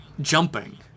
jumping